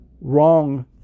wrong